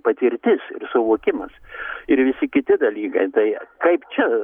patirtis ir suvokimas ir visi kiti dalykai tai kaip čia